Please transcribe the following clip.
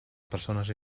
persones